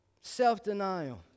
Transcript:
self-denial